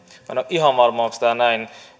ole ihan varma onko tämä näin